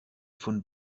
von